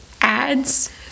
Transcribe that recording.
Ads